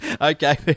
Okay